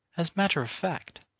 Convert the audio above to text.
as matter of fact,